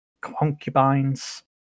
concubines